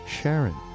Sharon